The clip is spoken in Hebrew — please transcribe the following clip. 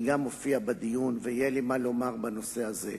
אני גם אופיע בדיון ויהיה לי מה לומר בנושא הזה.